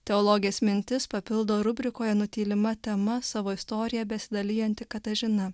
teologės mintis papildo rubrikoje nutylima tema savo istoriją besidalijanti katažina